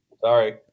Sorry